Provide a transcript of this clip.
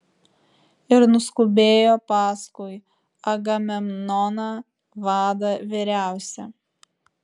ir nuskubėjo paskui agamemnoną vadą vyriausią